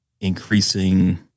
increasing